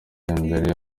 imbere